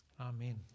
Amen